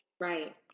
Right